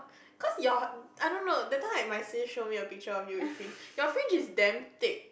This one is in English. cause your I don't know that time right my sis show me a picture of you with fringe your fringe is damn thick